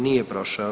Nije prošao.